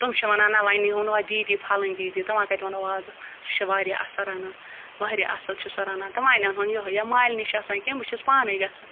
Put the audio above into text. تِم چھِ مےٚ وَنان نہ وۄنۍ نیہون ہۄ دیٖدی پھَلٲنۍ دیٖدی تہٕ وۄنۍ کَتہِ اَنو وازٕ سُہ چھِ واریاہ اَصٕل رَنان واریاہ اَصٕل چھِ سۄ رَنان تہٕ وۄنۍ اَنہٕ ہون یہٕے یا مالنہِ چھِ آسان کینٛہہ بہٕ چھٮ۪س پانَے گژھان